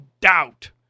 doubt